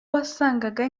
wasangaga